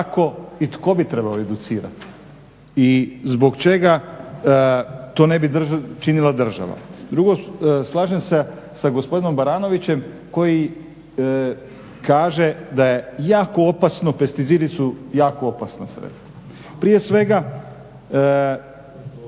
kako i tko bi trebao educirati. I zbog čega to ne bi činila država. Drugo, slažem se sa gospodinom Baranovićem koji kaže da je jako opasno pesticidi su jako opasna sredstva. Prije svega,